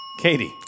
Katie